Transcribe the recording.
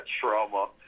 trauma